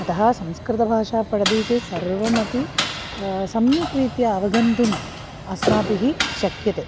अतः संस्कृतभाषा पठति चेत् सर्वमपि सम्यक् रीत्या अवगन्तुम् अस्माभिः शक्यते